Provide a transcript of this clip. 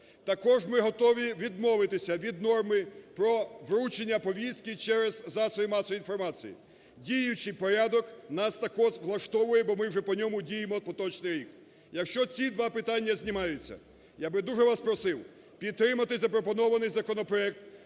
Також ми готові відмовитися від норми про вручення повістки через засоби масової інформації. Діючий порядок нас також влаштовує, бо ми вже по ньому діємо поточний рік. Якщо ці два питання знімаються, я би дуже вас просив підтримати запропонований законопроект